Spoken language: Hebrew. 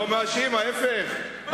אני לא מאשים, ההיפך.